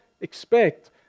expect